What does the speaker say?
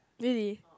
really